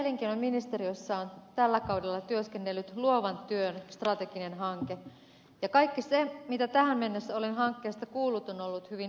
työ ja elinkeinoministeriössä on tällä kaudella työskennellyt luovan työn strateginen hanke ja kaikki se mitä tähän mennessä olen hankkeesta kuullut on ollut hyvin innostavaa